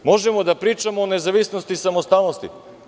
Možemo da pričamo o nezavisnosti i samostalnosti.